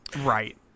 right